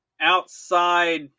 outside